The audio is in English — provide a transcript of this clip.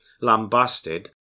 lambasted